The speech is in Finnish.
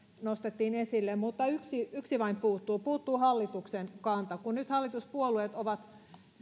nostettiin esille mutta yksi yksi vain puuttuu puuttuu hallituksen kanta kun nyt hallituspuolueet ovat